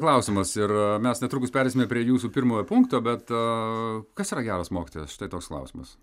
klausimas ir mes netrukus pereisime prie jūsų pirmojo punkto bet kas yra geras mokytojas štai toks klausimas